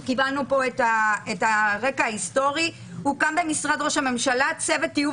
קיבלנו פה את הרקע ההיסטורי הוקם במשרד ראש הממשלה צוות טיוב